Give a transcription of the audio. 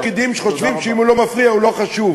יש פקידים שחושבים שאם הם לא מפריעים הם לא חשובים.